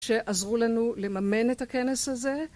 שעזרו לנו לממן את הכנס הזה.